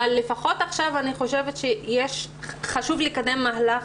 אבל לפחות עכשיו אני חושבת שחשוב לקדם מהלך